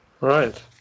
Right